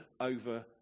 over